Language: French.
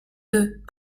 deux